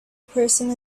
person